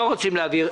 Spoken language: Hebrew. לא רוצים להעביר.